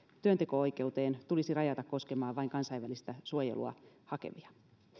työnteko oikeuteen tulisi rajata koskemaan vain kansainvälistä suojelua hakevia